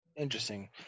Interesting